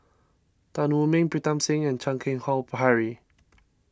Tan Wu Meng Pritam Singh and Chan Keng Howe Harry